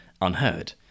Unheard